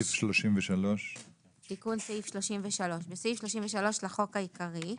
תיקון סעיף 33 19. בסעיף 33(א) לחוק העיקרי,